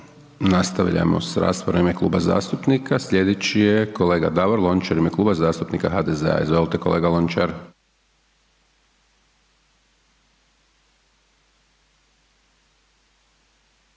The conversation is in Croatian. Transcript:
Nastavljamo s raspravom u ime kluba zastupnika, slijedeći je kolega Davor Lončar u ime Kluba zastupnika HDZ-a. Izvolite kolega Lončar.